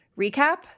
recap